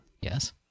Yes